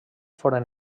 foren